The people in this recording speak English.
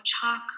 chalk